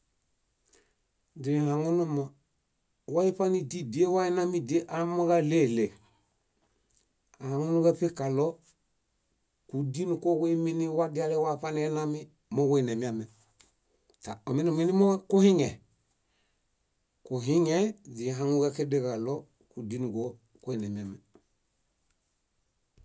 Źihaŋunumo, wa íṗanidiedie wainami amooġo áɭeɭe, ahaŋunu káṗekaɭo, kúdinuko kuiminiwadiale waṗaneinami moġuinemiame. Ominimuinimo kuhiŋe, kuhiŋe źihaŋu káxedẽġaɭo kúdinuġo kuinemiame.